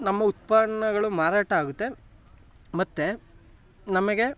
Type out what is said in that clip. ನಮ್ಮ ಉತ್ಪನ್ನಗಳು ಮಾರಾಟ ಆಗುತ್ತೆ ಮತ್ತೆ ನಮಗೆ